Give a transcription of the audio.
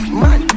man